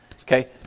Okay